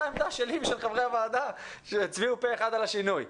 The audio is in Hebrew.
עמדה שלי ושל חברי הוועדה שהצביעו פה אחד על השינוי.